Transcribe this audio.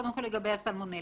קודם כל, לגבי הסלמונלה.